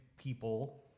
people